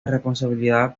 responsabilidad